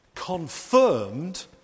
confirmed